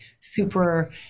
super